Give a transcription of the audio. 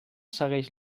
segueix